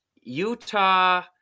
Utah